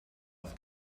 auf